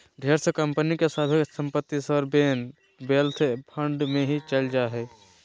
ढेर सा कम्पनी के सभे सम्पत्ति सॉवरेन वेल्थ फंड मे ही चल जा हय